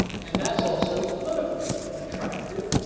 and that's also politically attractive,